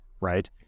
right